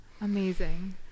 amazing